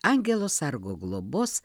angelo sargo globos